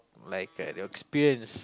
like a your experience